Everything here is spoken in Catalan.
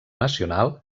nacional